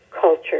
culture